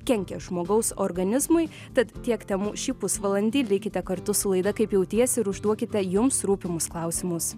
kenkia žmogaus organizmui tad tiek temų šį pusvalandį likite kartu su laida kaip jautiesi ir užduokite jums rūpimus klausimus